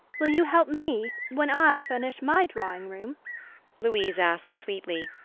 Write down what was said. will you help me when i furnish my drawing-room louise asked sweetly.